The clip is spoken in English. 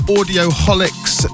Audioholic's